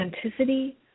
authenticity